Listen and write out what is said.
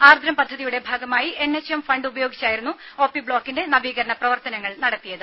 ആർദ്രം പദ്ധതിയുടെ ഭാഗമായി NHM fund ഉപയോഗിച്ചായിരുന്നു ഒപി ബ്ലോക്കിന്റെ നവീകരണ പ്രവർത്തനങ്ങൾ നടത്തിയത്